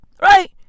Right